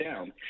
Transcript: down